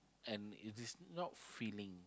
and it is not filling